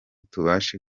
tubashe